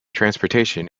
transportation